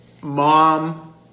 mom